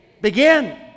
Begin